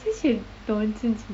this is nonsense